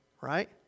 Right